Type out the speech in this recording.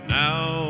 now